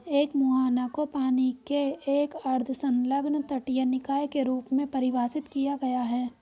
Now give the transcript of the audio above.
एक मुहाना को पानी के एक अर्ध संलग्न तटीय निकाय के रूप में परिभाषित किया गया है